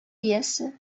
иясе